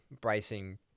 bracing